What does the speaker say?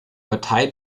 partei